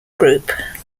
group